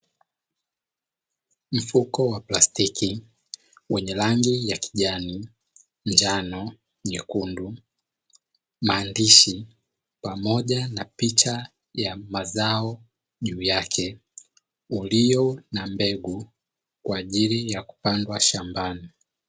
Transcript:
Mfuko wa plastiki wenye rangi ya kijani, njano, nyekundu maandishi pamoja na picha ya mazao juu yake ulio na mbegu kwa ajili ya kupandwa shambani.